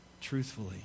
truthfully